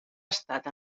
estat